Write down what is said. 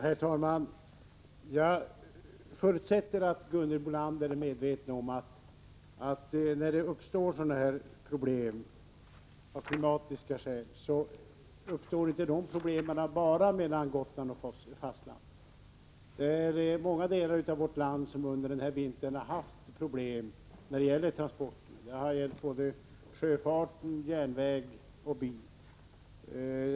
Herr talman! Jag förutsätter att Gunhild Bolander är medveten om att problem av klimatiska skäl uppstår inte bara mellan Gotland och fastlandet. Det är många delar av vårt land som haft problem under vintern när det gäller transporter. Det har gällt både sjöfart, järnvägstrafik och biltrafik.